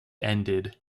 ended